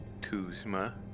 Kuzma